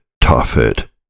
Tophet